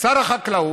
שר החקלאות,